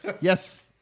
Yes